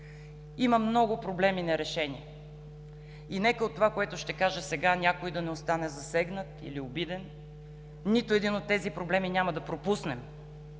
има много нерешени проблеми. И нека от това, което ще кажа сега, някой да не остане засегнат или обиден. Нито един от тези проблеми няма да пропуснем,